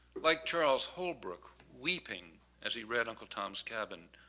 like charles holbrook weeping as he read uncle tom's cabin,